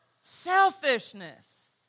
selfishness